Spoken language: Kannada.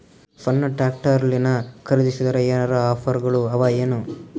ಸಣ್ಣ ಟ್ರ್ಯಾಕ್ಟರ್ನಲ್ಲಿನ ಖರದಿಸಿದರ ಏನರ ಆಫರ್ ಗಳು ಅವಾಯೇನು?